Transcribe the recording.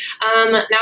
Now